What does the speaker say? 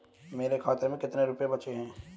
मेरे खाते में कितने रुपये बचे हैं?